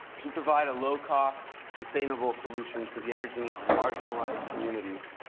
so provide a low cost, sustainable solution to the energy needs of marginalized communities,